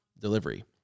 delivery